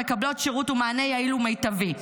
המקבלות שירות ומענה יעיל ומיטבי.